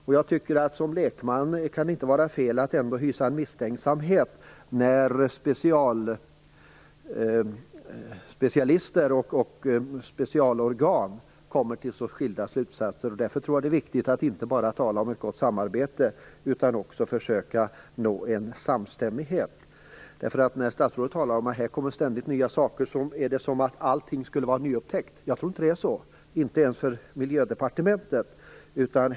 Som lekman tycker jag att det inte kan vara fel att ändå hysa misstänksamhet när specialister och specialorgan kommer till så skilda slutsatser. Därför tror jag att det är viktigt att inte bara tala om ett gott samarbete utan också försöka nå en samstämmighet. När statsrådet talar om att det ständigt kommer nya saker är det som om allt skulle vara nyupptäckt. Jag tror inte att det är så, inte ens för Miljödepartementet.